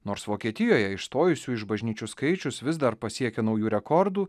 nors vokietijoje išstojusių iš bažnyčių skaičius vis dar pasiekia naujų rekordų